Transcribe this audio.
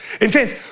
intense